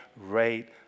rate